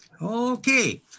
Okay